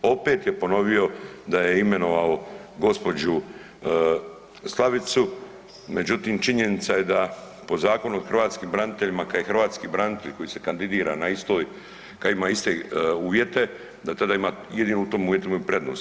Opet je ponovio da je imenovao gospođu Slavicu, međutim činjenica je da po Zakonu o hrvatskim braniteljima kad je hrvatski branitelj koji se kandidira na istoj, kad ima iste uvjete da tada ima jedino u tim uvjetima imaju prednost.